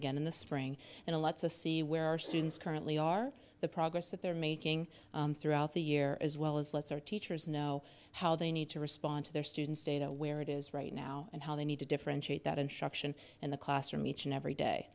again in the spring and a lot to see where our students currently are the progress that they're making throughout the year as well as lets our teachers know how they need to respond to their students data where it is right now and how they need to differentiate that in shock in the classroom each and every day